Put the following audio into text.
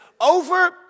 over